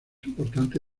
importante